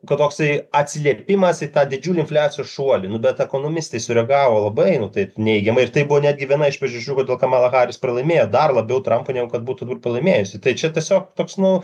kad toksai atsiliepimas į tą didžiulį infliacijos šuolį nu bet ekonomistai sureagavo labai nu taip neigiamai ir tai buvo netgi viena iš priežasčių kodėl kamala haris pralaimėjo dar labiau trumpui nei kad būtų pralaimėjusi tai čia tiesiog toks nu